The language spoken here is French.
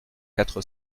quatre